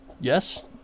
Yes